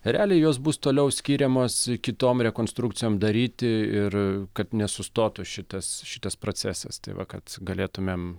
realiai jos bus toliau skiriamos kitom rekonstrukcijom daryti ir kad nesustotų šitas šitas procesas tai va kad galėtumėm